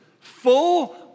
full